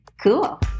Cool